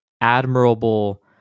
admirable